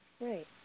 right